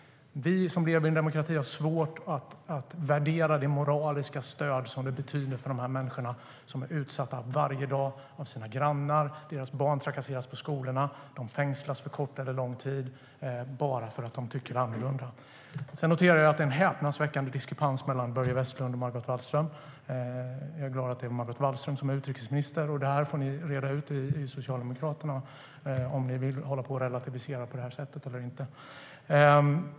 Vi som lever i en demokrati har svårt att värdera vad det moraliska stödet betyder för de här människorna som, bara för att de tycker annorlunda, är utsatta varje dag av sina grannar, vars barn trakasseras på skolorna och som fängslas på kort eller lång tid. Jag noterar också att det är en häpnadsväckande diskrepans mellan Börje Vestlund och Margot Wallström. Jag är glad att det är Margot Wallström som är utrikesminister. Ni får reda ut inom Socialdemokraterna om ni vill hålla på och relativisera på det här sättet eller inte.